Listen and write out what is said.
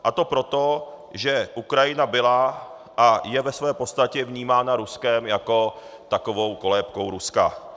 A to proto, že Ukrajina byla a je ve své podstatě vnímána Ruskem jako taková kolébka Ruska.